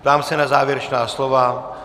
Ptám se na závěrečná slova.